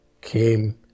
came